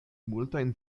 multajn